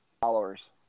followers